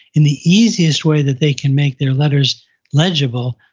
in the easiest way that they can make their letters legible,